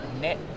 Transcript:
Net